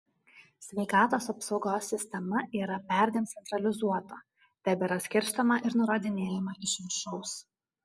sveikatos apsaugos sistema yra perdėm centralizuota tebėra skirstoma ir nurodinėjama iš viršaus